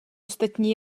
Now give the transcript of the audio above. ostatní